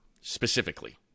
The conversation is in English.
specifically